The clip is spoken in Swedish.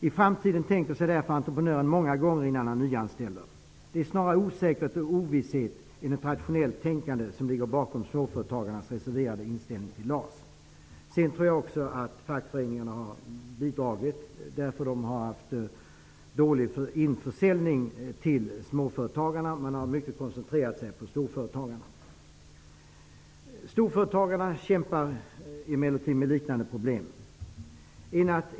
I framtiden tänker sig därför entreprenören för många gånger innan han nyanställer. Det är snarare osäkerhet och ovisshet än ett rationellt tänkande som ligger bakom småföretagarnas reserverade inställning till LAS. Jag tror också att fackföreningarna har bidragit därför att de har haft dålig införsäljning till småföretagarna. Man har koncentrerat sig mycket på storföretagarna. Storföretagarna kämpar emellertid med liknande problem.